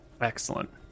Excellent